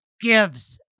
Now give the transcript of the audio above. gives